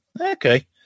okay